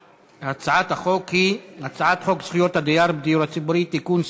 הצעת החוק היא: הצעת חוק זכויות הדייר בדיור הציבורי (תיקון,